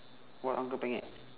what uncle penyet